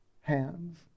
hands